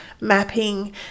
mapping